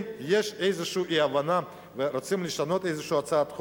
אם יש איזו אי-הבנה ורוצים לשנות איזו הצעת חוק,